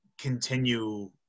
continue